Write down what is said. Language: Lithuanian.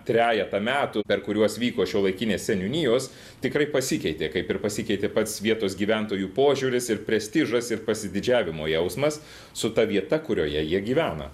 trejetą metų per kuriuos vyko šiuolaikinės seniūnijos tikrai pasikeitė kaip ir pasikeitė pats vietos gyventojų požiūris ir prestižas ir pasididžiavimo jausmas su ta vieta kurioje jie gyvena